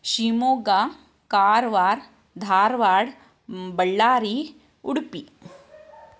Shivamogga Karwar Dharwad Ballari Udupi